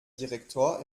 direktor